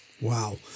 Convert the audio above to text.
Wow